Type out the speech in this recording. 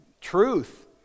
truth